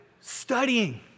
studying